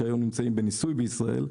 שנמצאים היום בניסוי בישראל.